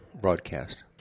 broadcast